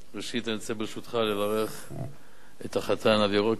ראשית, אני רוצה ברשותך לברך את החתן אבי רוקח.